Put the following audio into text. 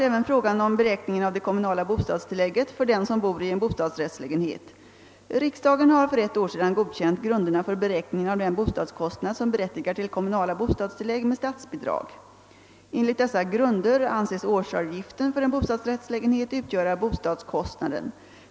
Även frågan om beräkningen av det kommunala bostadstillägget för den som bor i en bostadsrättslägenhet berörs i interpellationen. Riksdagen har för ett år sedan godkänt grunderna för beräkningen av den bostadskostnad som berättigar till kommunala bostadstillägg med statsbidrag. Enligt dessa grunder anses årsavgiften för en bostadsrättslägenhet utgöra bostadskostnaden.